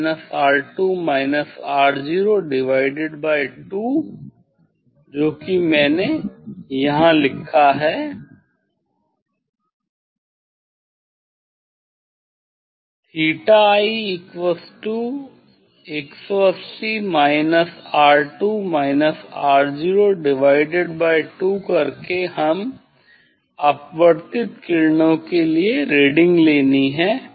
theta I 2 जो कि मैंने यहाँ लिखा है थीटा आई 2करके हमें अपवर्तित किरणों के लिए रीडिंग लेनी है